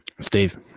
Steve